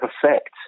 perfect